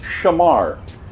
shamar